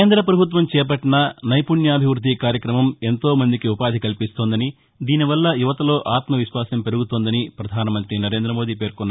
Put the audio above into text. కేంద్రపభుత్వం చేపట్టిన నైపుణ్యభివృద్ధి కార్యక్రమం ఎంతో మందికి ఉపాధి కల్పిస్తోందని దీని వల్ల యువతలో ఆత్మవిశ్వాసం పెరుగుతోందని ప్రధానమంతి నరేంరమోదీ పేర్కొన్నారు